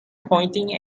pointing